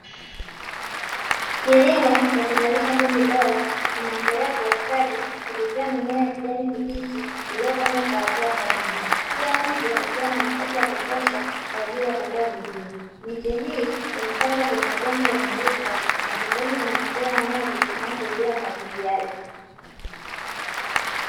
Kilimo cha kuzalisha mbegu bora kinaendelea kwa ustadi kupitia mimea ya kijani kibichi iliyopangwa kwa hatua sahihi kila mche ukiwa na nafasi ya kutosha kwa ajili ya kukua vizuri. Miche hii imepandwa kwenye udongo wenye rutuba na pembeni kuna mipira ya maji inayosaidia umwagiliaji.